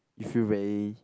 you feel very